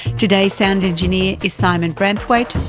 today's sound engineer is simon braithwaite.